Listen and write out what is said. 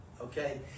okay